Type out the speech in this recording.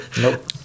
Nope